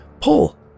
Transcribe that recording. pull